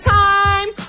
time